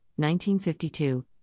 1952